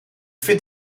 vind